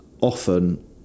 often